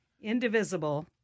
Indivisible